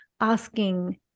asking